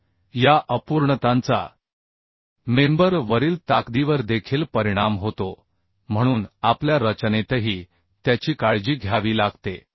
तर या इम्परफेक्शनचा मेंबर वरील ताकदीवर देखील परिणाम होतो म्हणून आपल्या रचनेतही त्याची काळजी घ्यावी लागते